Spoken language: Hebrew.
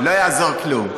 לא יעזור כלום.